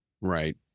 Right